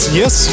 yes